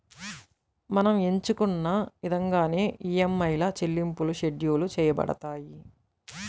మనం ఎంచుకున్న ఇదంగానే ఈఎంఐల చెల్లింపులు షెడ్యూల్ చేయబడతాయి